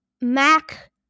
Mac